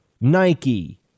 Nike